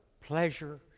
Pleasure